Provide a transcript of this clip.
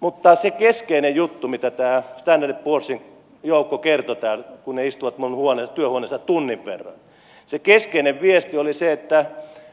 mutta se keskeinen juttu mitä tämä standard poorsin joukko kertoi täällä kun he istuivat minun työhuoneessani tunnin verran se keskeinen viesti oli se että